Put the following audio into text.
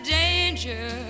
danger